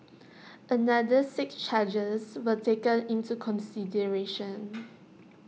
another six charges were taken into consideration